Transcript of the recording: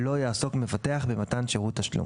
לא יעסוק מבטח במתן שירות תשלום.